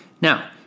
Now